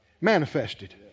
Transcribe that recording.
manifested